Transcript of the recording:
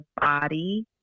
body